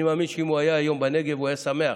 אני מאמין שאם הוא היה היום בנגב הוא היה שמח.